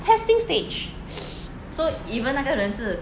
testing stage